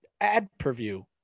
ad-per-view